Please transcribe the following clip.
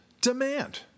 demand